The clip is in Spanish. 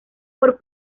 por